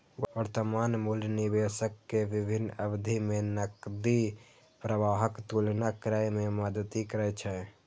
वर्तमान मूल्य निवेशक कें विभिन्न अवधि मे नकदी प्रवाहक तुलना करै मे मदति करै छै